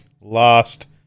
last